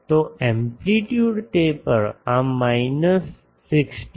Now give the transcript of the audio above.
તો amplitude taper આ minus 16